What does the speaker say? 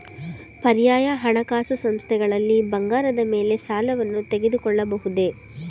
ಪರ್ಯಾಯ ಹಣಕಾಸು ಸಂಸ್ಥೆಗಳಲ್ಲಿ ಬಂಗಾರದ ಮೇಲೆ ಸಾಲವನ್ನು ತೆಗೆದುಕೊಳ್ಳಬಹುದೇ?